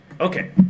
Okay